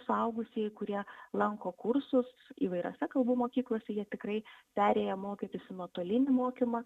suaugusieji kurie lanko kursus įvairiose kalbų mokyklose jie tikrai perėjo mokytis į nuotolinį mokymą